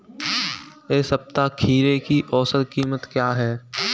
इस सप्ताह खीरे की औसत कीमत क्या है?